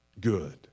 good